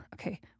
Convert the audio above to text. Okay